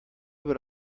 what